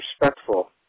respectful